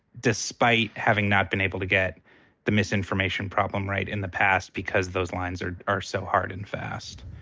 despite having not been able to get the misinformation problem right in the past because those lines are are so hard and fast.